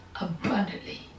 abundantly